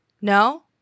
No